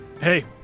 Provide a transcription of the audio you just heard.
Hey